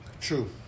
True